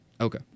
Okay